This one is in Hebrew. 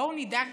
בואו נדאג